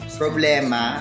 problema